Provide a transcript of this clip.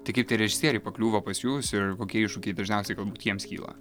tai kaip tie režisieriai pakliūva pas jus ir kokie iššūkiai dažniausiai galbūt jiems kyla